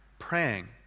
praying